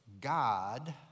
God